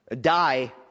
Die